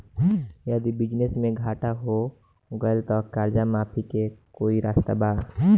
यदि बिजनेस मे घाटा हो गएल त कर्जा माफी के कोई रास्ता बा?